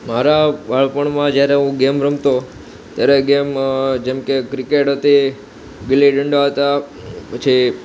મારા બાળપણમાં જ્યારે હું ગેમ રમતો ત્યારે ગેમ જેમકે ક્રિકેટ હતી ગીલ્લીદંડા હતા પછી